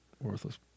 Worthless